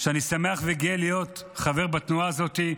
שאני שמח וגאה להיות חבר בתנועה הזאת,